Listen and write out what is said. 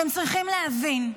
אתם צריכים להבין,